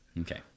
Okay